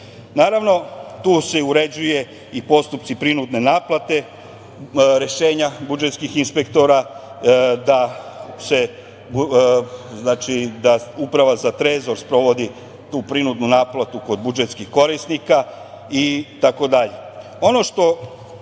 posla. Naravno, tu se uređuju i postupci prinudne naplate, rešenja budžetskih inspektora da Uprava za Trezor sprovodi tu prinudnu naplatu kod budžetskih korisnika itd. Ono